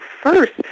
first